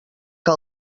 què